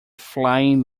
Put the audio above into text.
flying